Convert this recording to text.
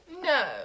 No